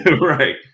Right